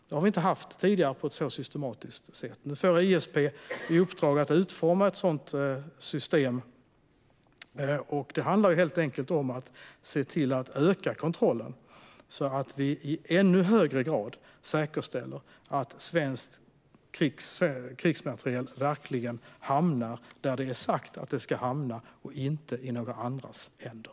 Det har vi inte haft tidigare på ett så systematiskt sätt. Nu får ISP i uppdrag att utforma ett sådant system. Det handlar helt enkelt om att se till att öka kontrollen, så att vi i ännu högre grad säkerställer att svensk krigsmateriel verkligen hamnar där det är sagt att det ska hamna och inte i några andra händer.